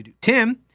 Tim